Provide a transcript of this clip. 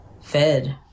fed